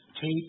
tape